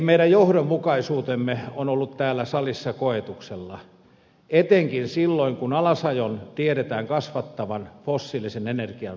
meidän johdonmukaisuutemme on ollut täällä salissa koetuksella etenkin silloin kun alasajon tiedetään kasvattavan fossiilisen energian määrää